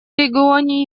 регионе